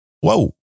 Whoa